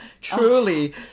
truly